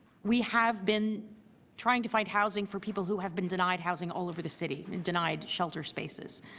we have been trying to find housing for people who have been denied housing all over the city and denied shelter spaces.